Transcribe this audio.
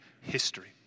history